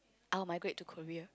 I will migrate to Korea